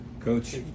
Coach